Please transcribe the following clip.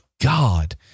God